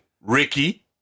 Ricky